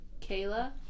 Kayla